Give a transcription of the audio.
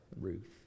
Ruth